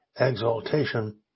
exaltation